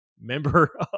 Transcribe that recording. member